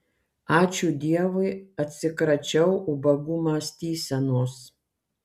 ačiū dievui atsikračiau ubagų mąstysenos